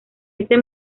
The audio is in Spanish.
ese